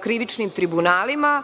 krivičnim tribunalima